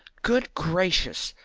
good gracious!